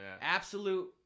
absolute